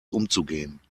umzugehen